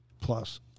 plus